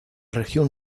región